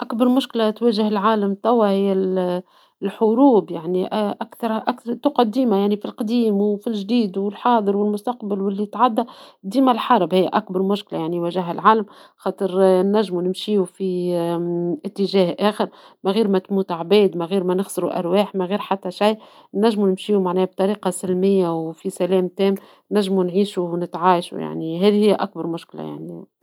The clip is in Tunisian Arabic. أكبر مشكلة تواجه العالم توا هي ال-الحروب يعني أ-أكثرها أكثر تقدمها يعني في القديم وفي الجديد والحاضر والمستقبل واللي تعدى ديما الحرب هي أكبر مشكلة يعني يواجهها العالم خاطر آآ نجمو نمشيو في آآ مم إتجاه آخر من غير ما تموت عباد من غير ما نخسرو أرواح من غير حتى شي نجمو نمشيو معناه بطريقة سلمية وفي سلام تام نجمو نعيشو ونتعايشو يعني هاذي هي أكبر مشكلة يعني.